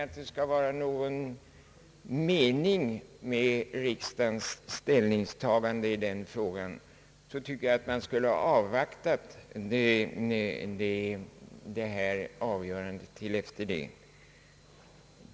Skall det vara någon verklig mening med riksdagens ställningstagande i den här frågan, tycker jag att man skulle ha avvaktat med avgörandet.